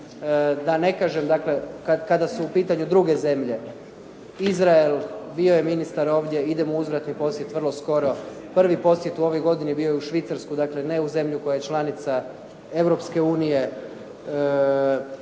Da ne kažem dakle kada su u pitanju druge zemlje. Izrael, bio je ministar ovdje, idemo u uzvratni posjet vrlo skoro. Prvi posjet u ovoj godini bio je u Švicarsku, dakle ne u zemlju koja je članica Europske unije.